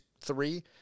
three